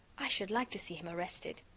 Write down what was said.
i should like to see him arrested.